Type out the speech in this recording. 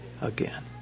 again